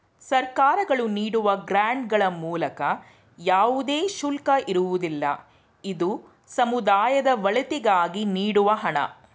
ಸರ್ಕಾರಗಳು ನೀಡುವ ಗ್ರಾಂಡ್ ಗಳ ಮೇಲೆ ಯಾವುದೇ ಶುಲ್ಕ ಇರುವುದಿಲ್ಲ, ಇದು ಸಮುದಾಯದ ಒಳಿತಿಗಾಗಿ ನೀಡುವ ಹಣ